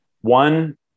One